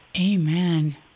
Amen